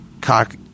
cock